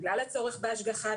בגלל הצורך בהשגחה,